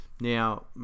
Now